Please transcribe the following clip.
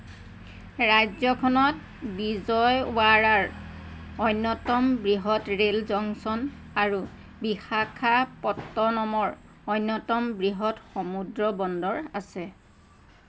ৰাজ্যখনত বিজয়ৱাড়াৰ অন্যতম বৃহৎ ৰেল জংচন আৰু বিশাখাপত্তনমৰ অন্যতম বৃহৎ সমুদ্ৰ বন্দৰ আছে